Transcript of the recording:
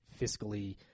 fiscally